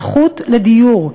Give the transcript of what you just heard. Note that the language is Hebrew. זכות לדיור,